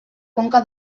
conca